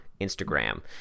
Instagram